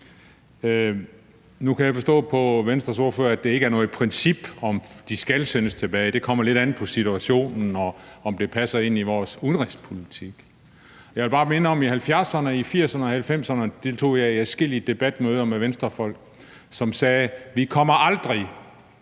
Nu kan jeg forstå på Venstres ordfører, at det ikke er noget princip, at de skal sendes tilbage. Det kommer lidt an på situationen og på, om det passer ind i vores udenrigspolitik. Jeg vil bare minde om, at jeg i 1970'erne, 1980'erne og 1990'erne deltog i adskillige debatter med Venstrefolk, som sagde: Vi kommer